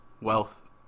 wealth